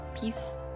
peace